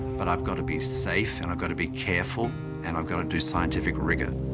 but i've got to be safe and i've got to be careful and i've got to do scientific rigor.